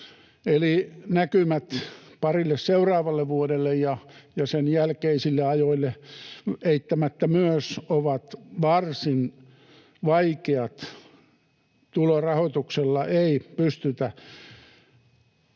näkymät parille seuraavalle vuodelle ja sen jälkeisille ajoille eittämättä ovat myös varsin vaikeat. Tulorahoituksella ei pystytä